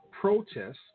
protests